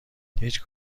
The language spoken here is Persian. هیچ